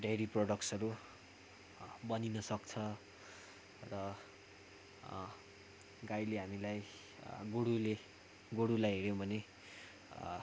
dairy प्रड्क्टसहरू बनिन सक्छ र गाईले हामीलाई गोरुले गोरुलाई हेऱ्यौँ भने